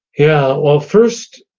yeah. well first,